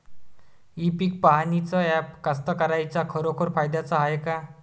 इ पीक पहानीचं ॲप कास्तकाराइच्या खरोखर फायद्याचं हाये का?